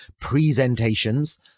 presentations